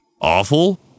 awful